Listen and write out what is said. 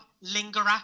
Lingerer